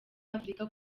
afrika